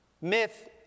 Myth